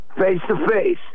face-to-face